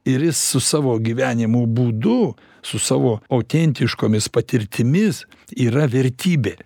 ir jis su savo gyvenimo būdu su savo autentiškomis patirtimis yra vertybė